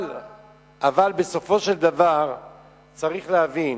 אבל בסופו של דבר צריך להבין,